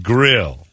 Grill